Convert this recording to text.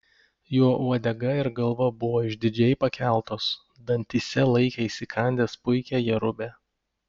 jo uodega ir galva buvo išdidžiai pakeltos dantyse laikė įsikandęs puikią jerubę